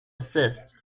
desist